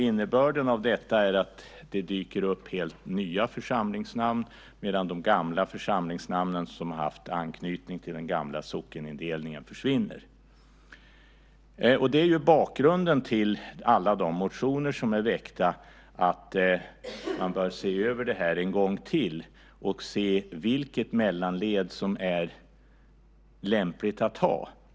Innebörden av detta är att det dyker upp helt nya församlingsnamn medan de gamla församlingsnamnen, som haft anknytning till den gamla sockenindelningen, försvinner. Det är också bakgrunden till alla de motioner som är väckta om att man än en gång bör se över detta och se vilket mellanled som är lämpligt att ha.